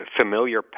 Familiar